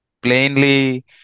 plainly